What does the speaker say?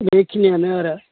बेखिनियानो आरो